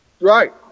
Right